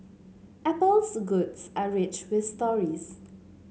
apple's goods are rich with stories